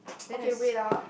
okay wait ah